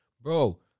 Bro